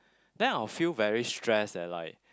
then I'll feel very stress and like